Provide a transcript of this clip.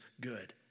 good